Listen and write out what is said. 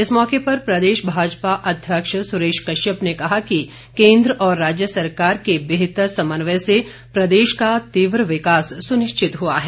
इस मौके पर प्रदेश भाजपा अध्यक्ष सुरेश कश्यप ने कहा कि केंद्र और राज्य सरकार की बेहतर समन्वय से प्रदेश का तीव्र विकास सुनिश्चित हुआ है